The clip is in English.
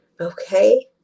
okay